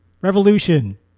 Revolution